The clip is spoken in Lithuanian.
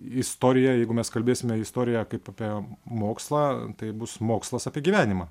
istorija jeigu mes kalbėsime istoriją kaip apie mokslą tai bus mokslas apie gyvenimą